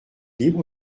libre